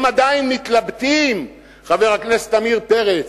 הם עדיין מתלבטים, חבר הכנסת עמיר פרץ,